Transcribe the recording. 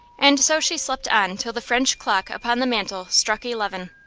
and so she slept on till the french clock upon the mantle struck eleven.